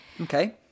Okay